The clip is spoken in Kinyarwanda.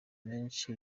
menshi